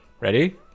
Ready